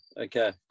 Okay